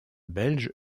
belge